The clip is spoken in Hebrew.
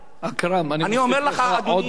אכרם, אני מוסיף לך עוד דקה.